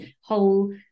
whole